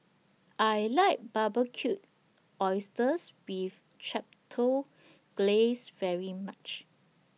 I like Barbecued Oysters with Chipotle Glaze very much